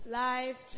life